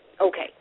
okay